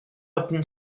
button